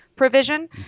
provision